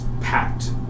packed